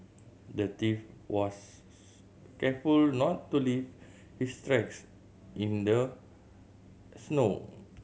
the thief was careful not to leave his tracks in the snow